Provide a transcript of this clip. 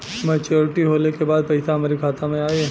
Maturity होले के बाद पैसा हमरे खाता में आई?